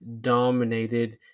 dominated